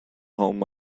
home